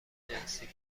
جنسی